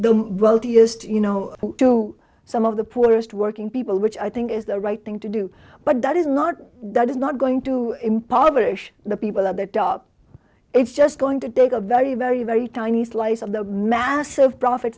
the wealthiest you know to some of the poorest working people which i think is the right thing to do but that is not that is not going to impoverish the people at the top it's just going to take a very very very tiny slice of the massive profit